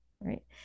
right